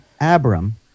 Abram